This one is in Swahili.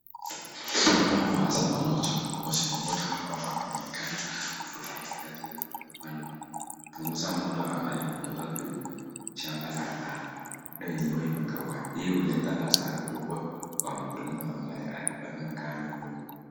Hawa ni wazimamoto. Wazimamoto hawa wanaonekana kufurahia kazi yao. Wanapunguza moto ambayo imetoka kwenye shamba la ngano. Ngano yenyewe imekauka. Hii huleta hasara kubwa kwa mkulima ambaye alipanda ngano huu.